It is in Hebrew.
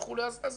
אנחנו